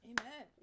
Amen